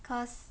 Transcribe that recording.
cause